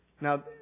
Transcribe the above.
now